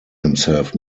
himself